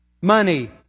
money